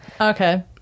Okay